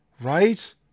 right